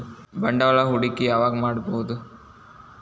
ಬಂಡವಾಳ ಹೂಡಕಿ ಯಾವಾಗ್ ಮಾಡ್ಬಹುದು?